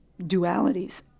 dualities